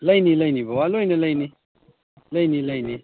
ꯂꯩꯅꯤ ꯂꯩꯅꯤ ꯕꯕꯥ ꯂꯣꯏꯅ ꯂꯩꯅꯤ ꯂꯩꯅꯤ ꯂꯩꯅꯤ